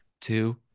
two